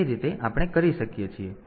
તેથી તે રીતે આપણે કરી શકીએ છીએ